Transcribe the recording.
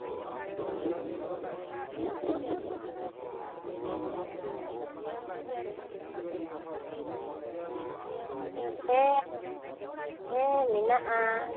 ᱦᱮᱸ ᱦᱮᱸ ᱢᱮᱱᱟᱜᱼᱟ